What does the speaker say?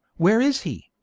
where is he?